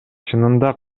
чынында